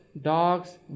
dogs